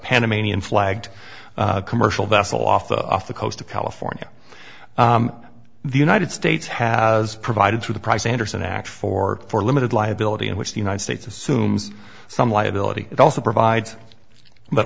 panamanian flagged commercial vessel off the off the coast of california the united states has provided through the price anderson act for for limited liability and which the united states assumes some liability it also provides but